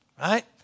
right